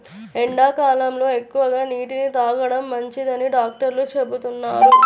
ఎండాకాలంలో ఎక్కువగా నీటిని తాగడం మంచిదని డాక్టర్లు చెబుతున్నారు